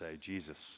Jesus